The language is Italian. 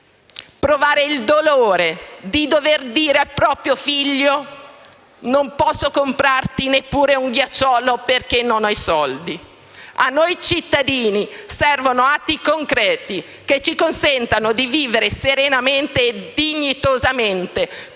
provare il dolore di dover dire al proprio figlio: non posso comprarti neppure un ghiacciolo perché non ho i soldi. A noi cittadini servono atti concreti che ci consentano di vivere serenamente e dignitosamente, come